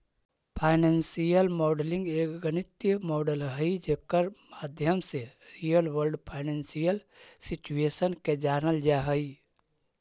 financial modelling एक गणितीय model हई जेकर माध्यम से रियल वर्ल्ड फाइनेंशियल सिचुएशन के जानल जा हई